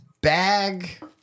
bag